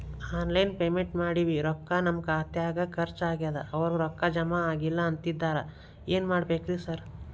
Online payment ಮಾಡೇವಿ ರೊಕ್ಕಾ ನಮ್ ಖಾತ್ಯಾಗ ಖರ್ಚ್ ಆಗ್ಯಾದ ಅವ್ರ್ ರೊಕ್ಕ ಜಮಾ ಆಗಿಲ್ಲ ಅಂತಿದ್ದಾರ ಏನ್ ಮಾಡ್ಬೇಕ್ರಿ ಸರ್?